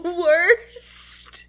worst